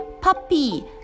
puppy